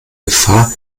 gefahr